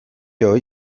hura